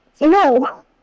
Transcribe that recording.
No